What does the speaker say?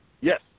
Yes